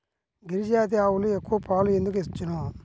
గిరిజాతి ఆవులు ఎక్కువ పాలు ఎందుకు ఇచ్చును?